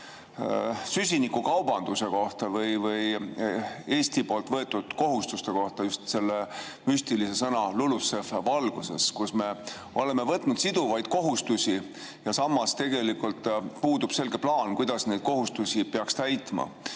süsinikukaubanduse kohta või Eesti võetud kohustuste kohta just selle müstilise sõna LULUCF valguses. Me oleme võtnud siduvaid kohustusi ja samas tegelikult puudub selge plaan, kuidas neid kohustusi peaks täitma.